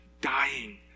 dying